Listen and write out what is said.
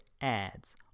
ads